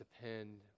depend